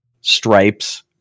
stripes